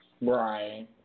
Right